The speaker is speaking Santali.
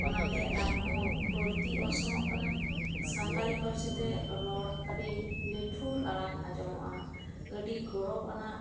ᱚᱱᱟᱛᱮ ᱟᱨᱦᱚᱸ ᱵᱟᱹᱲᱛᱤ ᱚᱨᱥᱚᱝᱼᱚᱜ ᱠᱟᱱᱟ ᱥᱟᱱᱛᱟᱲᱤ ᱯᱟᱹᱨᱥᱤ ᱛᱮ ᱨᱚᱲ ᱟᱹᱰᱤ ᱞᱤᱴᱷᱩᱨ ᱟᱲᱟᱝ ᱟᱸᱡᱚᱢᱚᱜᱼᱟ ᱟᱹᱰᱤ ᱜᱚᱨᱚᱵᱽ ᱟᱱᱟᱜ